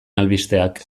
albisteak